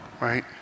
Right